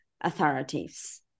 authorities